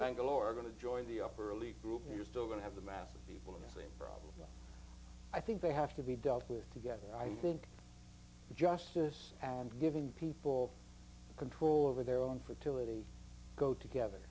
bangalore going to join the upper elite group and you're still going to have the mass of people in the same problem i think they have to be dealt with together i think justice and giving people control over their own fertility go together